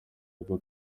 ibyo